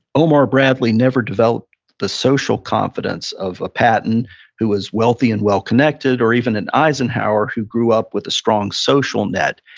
omar bradley never developed the social confidence of patton who is wealthy and well-connected, or even in eisenhower who grew up with a strong social net.